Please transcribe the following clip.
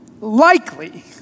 Likely